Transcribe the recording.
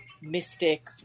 mystic